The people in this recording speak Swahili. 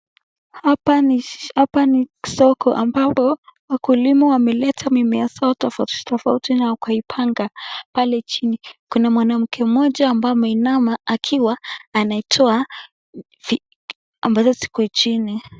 Hapa ni soko ambapo wakulima wameleta mimea zao tofauti tofauti na wakaipanga pale chini, kuna mwanamke mmoja ambaye ameinama akiwa anaitoa ambazo ziko chini.